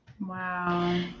Wow